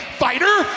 fighter